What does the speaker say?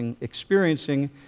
experiencing